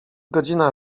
godzina